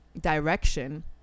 direction